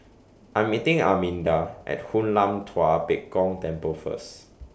I Am meeting Arminda At Hoon Lam Tua Pek Kong Temple First